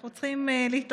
אנחנו צריכים להתעורר.